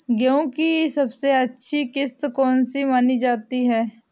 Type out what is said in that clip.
गेहूँ की सबसे अच्छी किश्त कौन सी मानी जाती है?